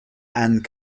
and